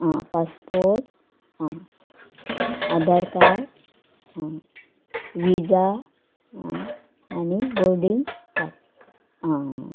आं passport Aadhaar card आं visa आं आनी बोर्डींग पास आं